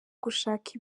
gushaka